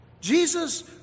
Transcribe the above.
Jesus